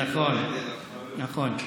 נכון, נכון.